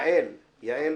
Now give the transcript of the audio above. יעל כהן-פארן,